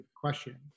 question